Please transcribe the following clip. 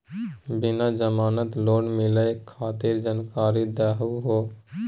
बिना जमानत लोन मिलई खातिर जानकारी दहु हो?